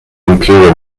imperial